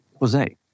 Jose